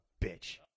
bitch